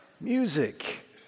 music